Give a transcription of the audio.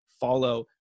follow